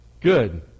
Good